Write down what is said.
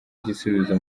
igisubizo